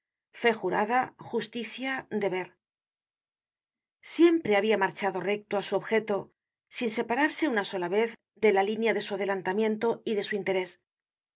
fé jurada justicia deber siempre habia marchado recto á su objeto sin separarse una sola vez de la línea de su adelantamiento y de su interés